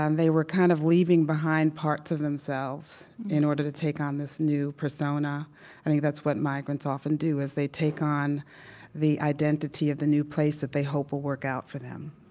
and they were kind of leaving behind parts of themselves in order to take on this new persona i think that's what migrants often do is they take on the identity of the new place that they hope will work out for them,